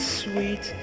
sweet